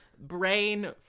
brain